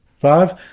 five